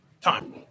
time